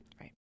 Right